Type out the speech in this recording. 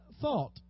thought